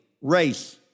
Race